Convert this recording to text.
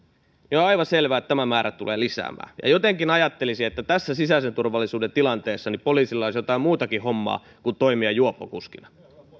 on aivan selvää että tämä määrä tulee lisääntymään ja jotenkin ajattelisin että tässä sisäisen turvallisuuden tilanteessa poliisilla olisi jotain muutakin hommaa kuin toimia juoppokuskina